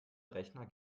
rechner